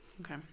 okay